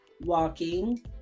walking